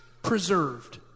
Preserved